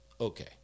okay